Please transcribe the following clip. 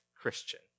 Christian